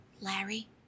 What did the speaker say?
Larry